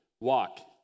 walk